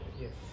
yes